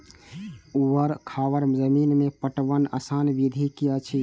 ऊवर खावर जमीन में पटवनक आसान विधि की अछि?